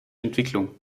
entwicklung